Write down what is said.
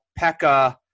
Pekka